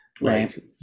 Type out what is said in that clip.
right